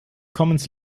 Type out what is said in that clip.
commons